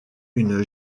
une